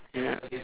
ya